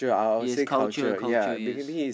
yes culture culture yes